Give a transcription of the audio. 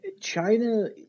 China –